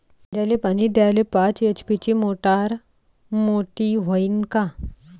कांद्याले पानी द्याले पाच एच.पी ची मोटार मोटी व्हईन का?